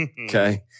Okay